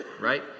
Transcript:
right